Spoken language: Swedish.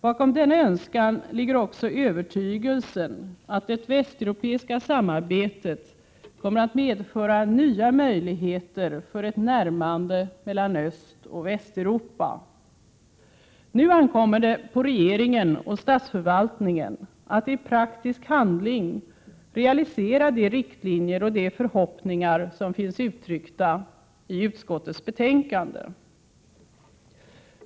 Bakom denna önskan ligger också övertygelsen att det västeuropeiska samarbetet kommer att medföra nya möjligheter för ett närmande mellan Östoch Västeuropa. Nu ankommer det på regeringen och statsförvaltningen att i praktisk handling realisera de riktlinjer och de förhoppningar som finns uttryckta i utskottets betänkande.